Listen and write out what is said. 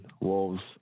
Wolves